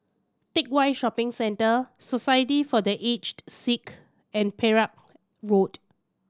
Teck Whye Shopping Centre Society for The Aged Sick and Perak Road